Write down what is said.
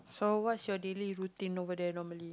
so what is your daily routine there normally